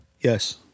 yes